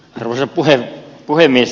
arvoisa puhemies